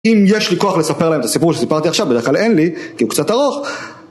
אם יש לי כוח לספר להם את הסיפור שסיפרתי עכשיו, בדרך כלל אין לי, כי הוא קצת ארוך